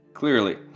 clearly